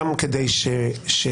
גם כדי שאנחנו,